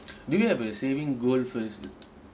do you have a saving goal first